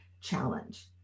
challenge